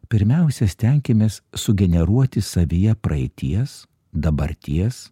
pirmiausia stenkimės sugeneruoti savyje praeities dabarties